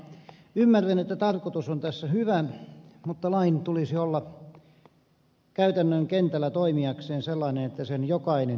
ymmärrän että tarkoitus on tässä hyvä mutta lain tulisi olla käytännön kentällä toimiakseen sellainen että sen jokainen ymmärtää